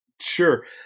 Sure